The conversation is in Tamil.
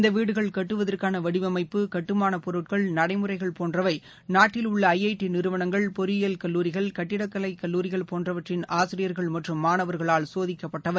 இந்த வீடுகள் கட்டுவதற்கான வடிவமைப்பு கட்டுமான பொருட்கள் நடைமுறைகள் போன்றவை நாட்டில் உள்ள ஐ ஐ டி நிறுவனங்கள் பொறியியல் கல்லுரிகள் கட்டிடக்கலை கல்லூரிகள் போன்றவற்றின் ஆசிரியர்கள் மற்றம் மாணவர்களால் சோதிக்கப்பட்டவை